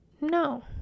no